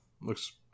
Looks